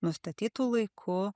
nustatytu laiku